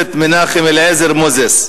הכנסת מנחם אליעזר מוזס,